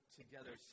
together